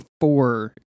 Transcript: four